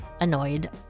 annoyed